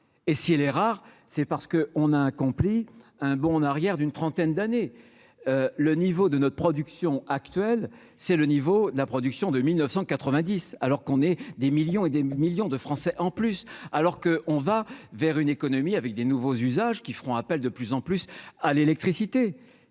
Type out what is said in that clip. et si il est rare, c'est parce qu'on a accompli un bond en arrière d'une trentaine d'années, le niveau de notre production actuelle, c'est le niveau de la production de 1990 alors qu'on est des millions et des millions de Français en plus alors que, on va vers une économie avec des nouveaux usages qui feront appel de plus en plus à l'électricité,